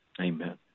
Amen